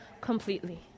completely